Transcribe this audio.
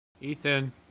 Ethan